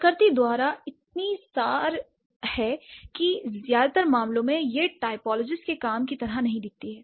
प्रकृति द्वारा इतनी सार है कि ज्यादातर मामलों में यह टाइपोलॉजिस्ट के काम की तरह नहीं दिखती है